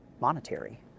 monetary